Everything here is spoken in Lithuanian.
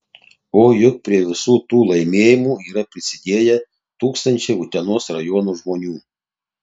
o juk prie visų tų laimėjimų yra prisidėję tūkstančiai utenos rajono žmonių